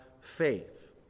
faith